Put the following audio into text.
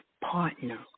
partner